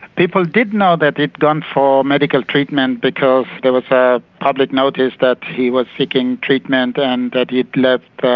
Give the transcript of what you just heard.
people did know that he'd gone for medical treatment, because there was a public notice that he was seeking treatment and that he'd left